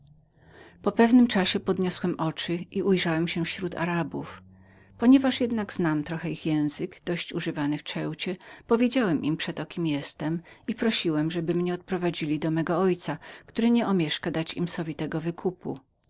po pewnym przeciągu czasu podniosłem oczy i ujrzałem się śród arabów że jednak znam trocha ich język dość używany w cencieceucie powiedziałem im przeto kim byłem i prosiłem żeby mnie odprowadzili do mego ojca który nieomieszka dać im sowity wykup